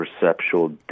perceptual